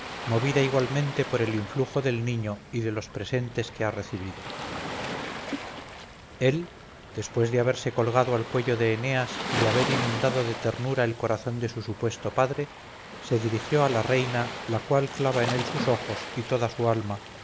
movida igualmente por el influjo del niño y de los presentes que ha recibido el después de haberse colgado al cuello de eneas y de haber inundado de ternura el corazón de su supuesto padre se dirigió a la reina la cual clava en él sus ojos y toda su alma